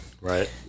Right